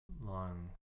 long